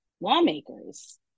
lawmakers